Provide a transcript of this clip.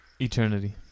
Eternity